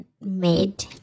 made